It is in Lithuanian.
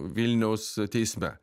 vilniaus teisme